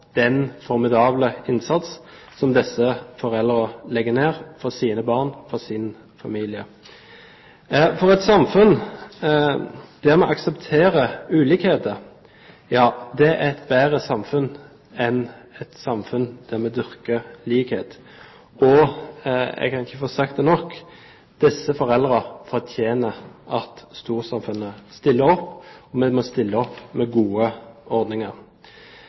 den formidable innsatsen som disse foreldrene legger ned for sine barn og for sin familie. Et samfunn der vi aksepterer ulikheter, er et bedre samfunn enn et samfunn der vi dyrker likhet. Jeg kan ikke få sagt det nok: Disse foreldrene fortjener at storsamfunnet stiller opp, og vi må stille opp med gode ordninger.